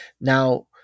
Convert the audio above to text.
Now